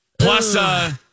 Plus